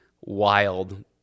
wild